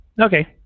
Okay